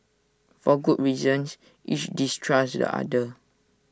for good reasons each distrusts the other